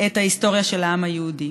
את ההיסטוריה של העם היהודי.